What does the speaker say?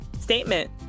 statement